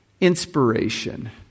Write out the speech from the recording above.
Inspiration